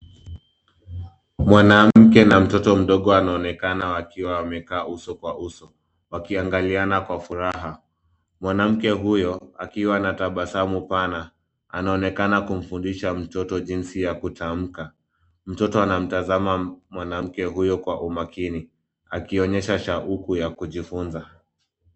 Mwanamke na mtoto mdogo wanaonekana wakiwa wamekaa uso kwa uso, wakiangaliana kwa furaha. Mwanamke huyo akiwa na tabasamu pana, anaonekana kumfundisha mtoto jinsi ya kutamka. Mtoto anamtazama mwanamke huyo kwa umakini akionyesha shauku ya kujifunza.